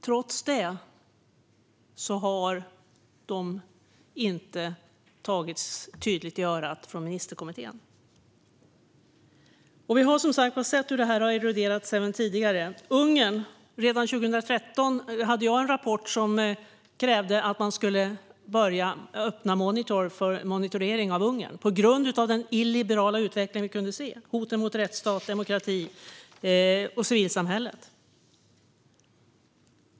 Trots detta har ministerkommittén inte tydligt tagit dem i örat. Vi har som sagt sett hur detta sedan tidigare har eroderat. Redan 2013 hade jag en rapport om Ungern. I den krävdes att man skulle öppna för en monitorering av Ungern på grund av den illiberala utveckling vi kunde se och hoten mot rättsstat, demokrati och civilsamhälle.